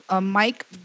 Mike